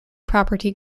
property